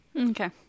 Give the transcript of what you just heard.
Okay